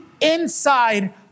inside